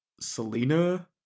Selena